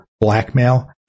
blackmail